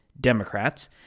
Democrats